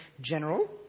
general